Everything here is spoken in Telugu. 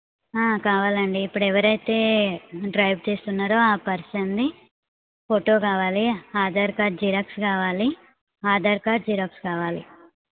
కావాలండి ఇప్పుడు ఎవరైతే డ్రైవ్ చేస్తున్నారో ఆ పర్సన్ది ఫోటో కావాలి ఆధార్ కార్డ్ జిరాక్స్ కావాలి ఆధార్ కార్డ్ జిరాక్స్ కావాలి